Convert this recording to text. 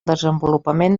desenvolupament